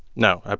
no,